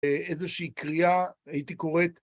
איזושהי קריאה, הייתי קורא...